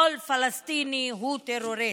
כל פלסטיני הוא טרוריסט,